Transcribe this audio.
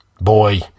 Boy